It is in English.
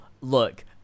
Look